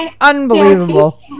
unbelievable